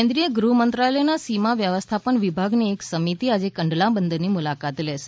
કેન્દ્રીય ગુફમંત્રાલયના સીમા વ્યવસ્થાપન વિભાગની એક સમિતિ આજે કંડલા બંદરની મુલાકાત લેશે